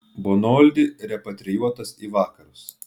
bonoldi repatrijuotas į vakarus